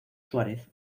suárez